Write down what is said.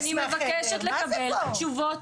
אני מבקש מכם, אני לא רוצה להוציא אף אחד מהחדר.